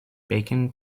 bacon